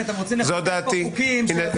כי אתם רוצים לחוקק פה חוקים שנפלו במקום אחר --- הינה,